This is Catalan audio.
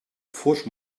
fos